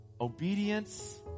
obedience